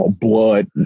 blood